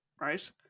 Right